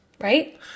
Right